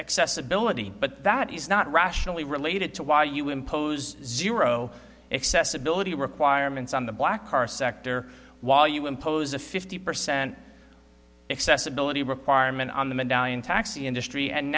excess ability but that is not rationally related to why you impose zero excess ability requirements on the black car sector while you impose a fifty percent accessibility requirement on the medallion taxi industry and